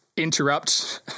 interrupt